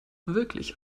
wirklich